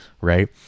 Right